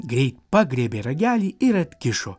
greit pagriebė ragelį ir atkišo